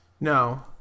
no